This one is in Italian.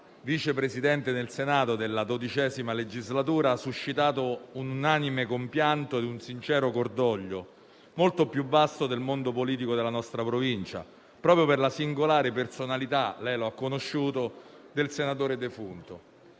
Vice Presidente del Senato della XII legislatura, ha suscitato un unanime compianto e un sincero cordoglio, molto più vasto del mondo politico della nostra Provincia, proprio per la singolare personalità - lei lo ha conosciuto - del senatore defunto.